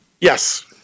Yes